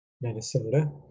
Minnesota